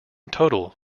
total